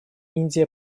индия